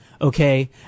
okay